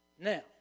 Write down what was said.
Now